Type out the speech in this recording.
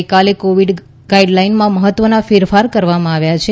ગઇકાલે કોવિડની ગાઈડલાઇનમાં મહત્વના ફેરફાર કરવામાં આવ્યા છે